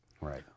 Right